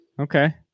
Okay